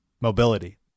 mobility